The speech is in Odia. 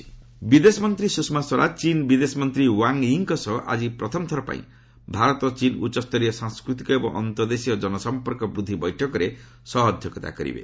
ଚାଇନା ଏଫଏମ୍ ଭିଜିଟ୍ ବିଦେଶ ମନ୍ତ୍ରୀ ସୁଷମା ସ୍ୱରାଜ ଚୀନ୍ ବିଦେଶ ମନ୍ତ୍ରୀ ୱାଙ୍ଗ୍ ୟି ଙ୍କ ସହ ଆଜି ପ୍ରଥମଥର ପାଇଁ ଭାରତ ଚୀନ ଉଚ୍ଚସ୍ତରୀୟ ସାଂସ୍କୃତିକ ଏବଂ ଅନ୍ତଃଦେଶୀୟ ଜନସଂପର୍କ ବୃଦ୍ଧି ବୈଠକରେ ସହଅଧ୍ୟକ୍ଷତା କରିବେ